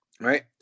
right